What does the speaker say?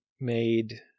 made